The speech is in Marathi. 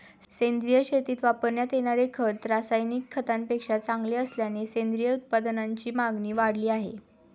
सेंद्रिय शेतीत वापरण्यात येणारे खत रासायनिक खतांपेक्षा चांगले असल्याने सेंद्रिय उत्पादनांची मागणी वाढली आहे